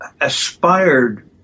aspired